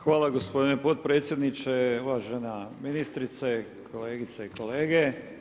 Hvala gospodine potpredsjedniče, uvažena ministrice, kolegice i kolege.